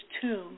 tomb